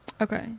okay